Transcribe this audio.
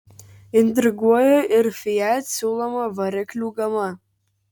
intriguoja ir fiat siūloma variklių gama